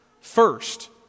first